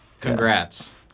Congrats